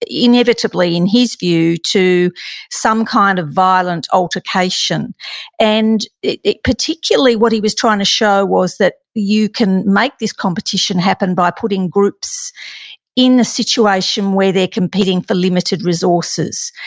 ah inevitably in his view, to some kind of violent altercation and particularly, what he was trying to show was that you can make this competition happen by putting groups in a situation where they're competing for limited resources.